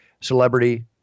Celebrity